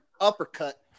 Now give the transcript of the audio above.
uppercut